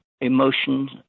emotions